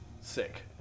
sick